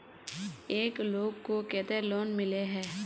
एक लोग को केते लोन मिले है?